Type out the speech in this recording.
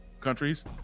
countries